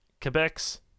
Quebec's